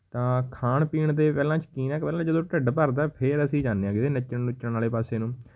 ਤਾਂ ਖਾਣ ਪੀਣ ਦੇ ਪਹਿਲਾਂ ਸ਼ੌਕੀਨ ਹਾਂ ਕਿ ਪਹਿਲਾਂ ਜਦੋਂ ਢਿੱਡ ਭਰਦਾ ਫੇਰ ਅਸੀਂ ਜਾਂਦੇ ਹਾਂ ਕਿਤੇ ਨੱਚਣ ਨੁਚਣ ਵਾਲੇ ਪਾਸੇ ਨੂੰ